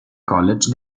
college